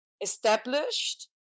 established